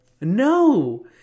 No